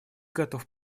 готов